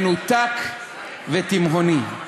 מנותק ותימהוני.